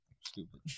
stupid